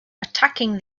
attacking